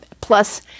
Plus